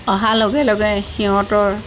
অহাৰ লগে লগে সিহঁতৰ